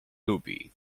lubi